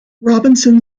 robinson